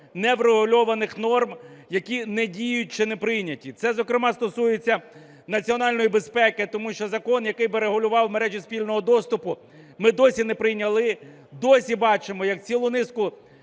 неврегульованих норм, які не діють чи неприйняті. Це, зокрема, стосується національної безпеки, тому що закон, який би регулював мережі спільного доступу, ми досі не прийняли, досі бачимо, як цілу низку